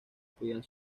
podían